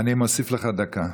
אני מוסיף לך דקה.